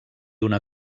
una